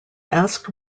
asked